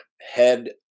head